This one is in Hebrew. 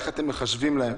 איך מחשבים לה?